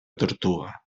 tortuga